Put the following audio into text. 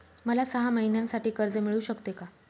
मला सहा महिन्यांसाठी कर्ज मिळू शकते का?